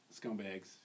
scumbags